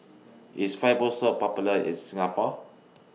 IS Fibrosol Popular in Singapore